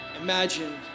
imagine